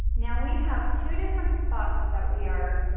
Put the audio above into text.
now, we have two different spots that we are